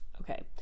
Okay